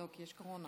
לא, כי יש קורונה.